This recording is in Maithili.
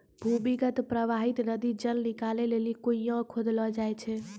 भूमीगत परबाहित नदी जल निकालै लेलि कुण्यां खोदलो जाय छै